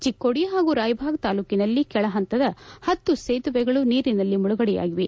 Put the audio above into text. ಚಕ್ಕೋಡಿ ಪಾಗೂ ರಾಯಭಾಗ ತಾಲೂಕಿನಲ್ಲಿ ಕೆಳಪಂತದ ಪತ್ತು ಸೇತುವೆಗಳು ನೀರಿನಲ್ಲಿ ಮುಳುಗಡೆಯಾಗಿವೆ